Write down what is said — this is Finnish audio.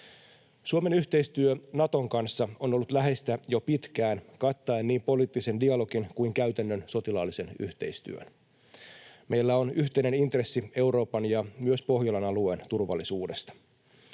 Suomen yhteistyö Naton kanssa on ollut läheistä jo pitkään kattaen niin poliittisen dialogin kuin käytännön sotilaallisen yhteistyön. Meillä on yhteinen intressi Euroopan ja myös Pohjolan alueen turvallisuudesta.